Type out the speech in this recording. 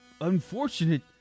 Unfortunate